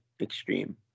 extreme